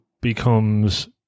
becomes